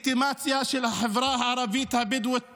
הרדיפה של האוכלוסייה הערבית הבדואית בנגב.